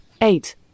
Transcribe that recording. eight